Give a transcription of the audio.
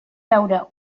veure